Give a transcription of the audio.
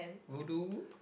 Pudu